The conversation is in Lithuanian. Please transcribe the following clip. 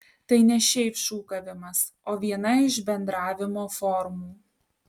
tai ne šiaip šūkavimas o viena iš bendravimo formų